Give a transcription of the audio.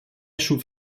schuf